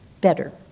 better